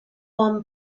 one